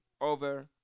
over